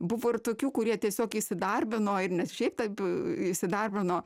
buvo ir tokių kurie tiesiog įsidarbino ir nes šiaip tap i įsidarbino